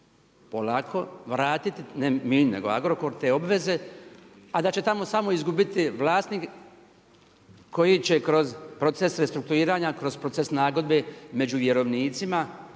polako vratiti ne mi nego Agrokor te obveze, a da će tamo samo izgubiti vlasnik koji će kroz proces restrukturiranja, kroz proces nagodbe među vjerovnicima